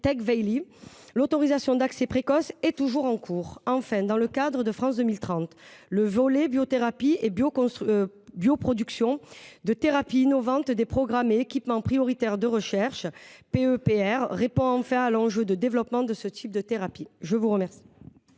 Tecvayli, l’autorisation d’accès précoce est toujours en cours. Par ailleurs, dans le cadre du plan France 2030, le volet « Biothérapies et Bioproduction de thérapies innovantes » des programmes et équipements prioritaires de recherche (PEPR) répond enfin à l’enjeu de développement de ce type de thérapie. La parole